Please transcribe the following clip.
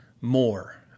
more